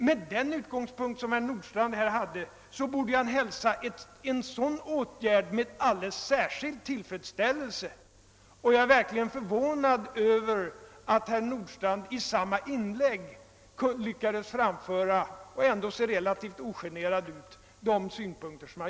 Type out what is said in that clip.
Med den utgångspunkt som herr Nordstrandh hade borde han hälsa en sådan åtgärd med särskild tillfredsställelse. Jag är förvånad över att herr Nordstrandh i samma inlägg lyckades framföra så olika synpunkter och ändå se relativt ogenerad ut.